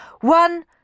One